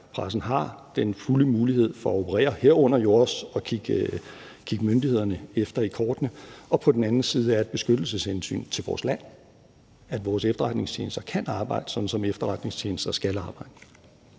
pressen har den fulde mulighed for at operere, herunder også at kigge myndighederne efter i kortene, og hvor der på den anden side er et beskyttelseshensyn til vores land, og at vores efterretningstjenester kan arbejde, sådan som